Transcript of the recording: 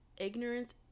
ignorance